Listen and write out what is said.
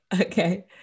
Okay